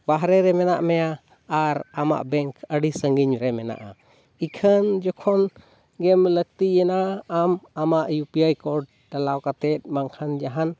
ᱵᱟᱦᱨᱮ ᱨᱮ ᱢᱮᱱᱟᱜ ᱢᱮᱭᱟ ᱟᱨ ᱟᱢᱟᱜ ᱵᱮᱝᱠ ᱟᱹᱰᱤ ᱥᱟᱺᱜᱤᱧ ᱨᱮ ᱢᱮᱱᱟᱜᱼᱟ ᱤᱠᱷᱟᱹᱱ ᱡᱚᱠᱷᱚᱱ ᱜᱮᱢ ᱞᱟᱹᱠᱛᱤᱭᱮᱱᱟ ᱟᱢ ᱟᱢᱟᱜ ᱤᱭᱩ ᱯᱤ ᱟᱭ ᱠᱳᱰ ᱰᱟᱞᱟᱣ ᱠᱟᱛᱮ ᱵᱟᱝᱠᱷᱟᱱ ᱡᱟᱦᱟᱱ